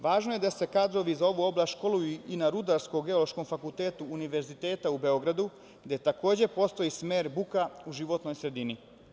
Važno je da se kadrovi za ovu oblast školuju i na Rudarsko-geološkom fakultetu Univerziteta u Beogradu, gde postoji smer buka u životnoj sredini.